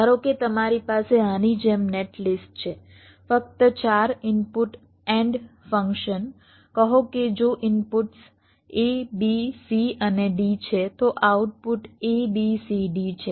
ધારો કે તમારી પાસે આની જેમ નેટલિસ્ટ છે ફક્ત 4 ઇનપુટ AND ફંક્શન કહો કે જો ઇનપુટ્સ A B C અને D છે તો આઉટપુટ ABCD છે